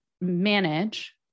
manage